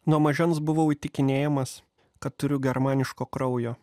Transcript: nuo mažens buvau įtikinėjamas kad turiu germaniško kraujo